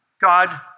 God